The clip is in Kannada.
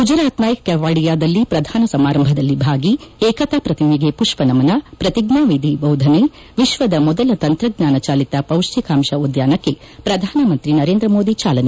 ಗುಜರಾತ್ನ ಕೆವಾಡಿಯಾದಲ್ಲಿ ಪ್ರಧಾನ ಸಮಾರಂಭದಲ್ಲಿ ಭಾಗಿ ಏಕತಾ ಪ್ರತಿಮೆಗೆ ಮಷ್ನ ನಮನ ಪ್ರತಿಜ್ಞಾನಿಧಿ ಬೋಧನೆ ವಿಶ್ವದ ಮೊದಲ ತಂತ್ರಜ್ಞಾನ ಚಾಲಿತ ಪೌಷ್ಟಿಕಾಂಶ ಉದ್ಯಾನಕ್ಕೆ ಪ್ರಧಾನಮಂತ್ರಿ ನರೇಂದ್ರ ಮೋದಿ ಚಾಲನೆ